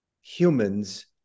humans